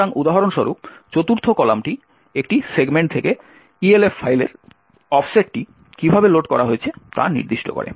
সুতরাং উদাহরণস্বরূপ চতুর্থ কলামটি একটি সেগমেন্ট থেকে ELF ফাইলের অফসেটটি কীভাবে লোড করা হয়েছে তা নির্দিষ্ট করে